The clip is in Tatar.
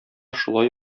шулай